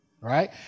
right